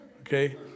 okay